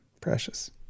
precious